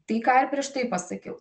tai ką ir prieš tai pasakiau